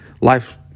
life